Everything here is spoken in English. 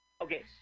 Okay